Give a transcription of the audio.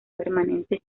permanente